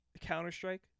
Counter-Strike